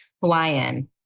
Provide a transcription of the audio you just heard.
Hawaiian